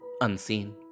Unseen